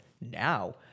Now